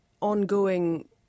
ongoing